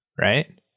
right